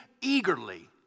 eagerly